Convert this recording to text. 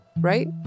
right